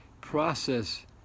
process